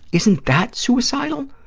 isn't that suicidal?